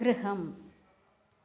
गृहम्